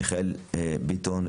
מיכאל ביטון,